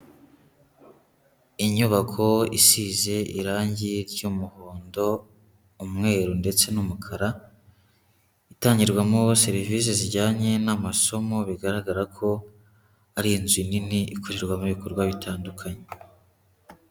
Inyubako isize irangi ry'umuhondo, umweru ndetse n'umukara, itangirwamo serivisi zijyanye n'amasomo, bigaragara ko ari inzu nini, ikorerwamo ibikorwa bitandukanye.